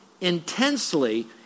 intensely